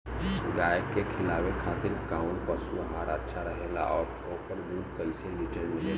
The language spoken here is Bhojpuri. गाय के खिलावे खातिर काउन पशु आहार अच्छा रहेला और ओकर दुध कइसे लीटर मिलेला?